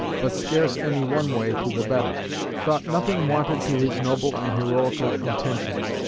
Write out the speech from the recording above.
but scarce any one way to the better thought nothing wanted to his noble and heroical intentions,